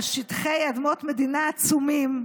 על שטחי אדמות מדינה עצומים,